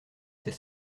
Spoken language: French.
c’est